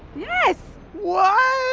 yes what